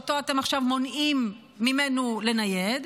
שאותו אתם עכשיו מונעים ממנו לנייד,